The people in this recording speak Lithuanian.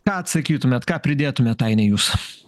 ką atsakytumėt ką pridėtumėt aine jūs